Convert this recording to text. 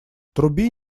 труби